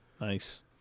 Nice